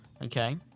Okay